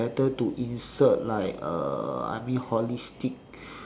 better to insert like uh I mean like holistic